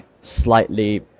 slightly